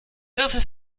würfel